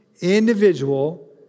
individual